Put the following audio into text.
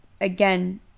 again